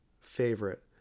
favorite